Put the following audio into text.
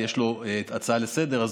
יש לו הצעה לסדר-היום,